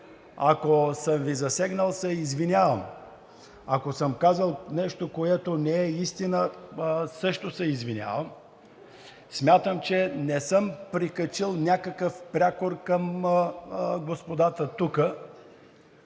ако съм Ви засегнал, се извинявам, ако съм казал нещо, което не е истина, също се извинявам. Смятам, че не съм прикачил някакъв прякор към господата тук.